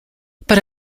but